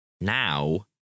Now